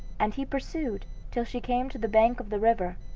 and he pursued till she came to the bank of the river,